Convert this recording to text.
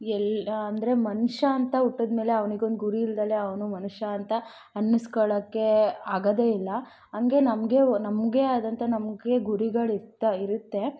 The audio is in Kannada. ಎಲ್ಲ ಅಂದರೆ ಮನುಷ್ಯ ಅಂತ ಹುಟ್ಟಿದ ಮೇಲೆ ಅವ್ನಿಗೊಂದು ಗುರಿ ಇಲ್ದಲೆ ಅವನು ಮನುಷ್ಯ ಅಂತ ಅನ್ನಿಸ್ಕೊಳೋಕ್ಕೆ ಆಗೋದೇ ಇಲ್ಲ ಹಂಗೆ ನಮಗೆ ಒಂದು ನಮಗೆ ಆದಂಥ ನಮಗೆ ಗುರಿಗಳಿರ್ತಾ ಇರುತ್ತೆ